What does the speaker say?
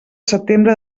setembre